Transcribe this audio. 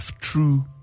true